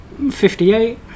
58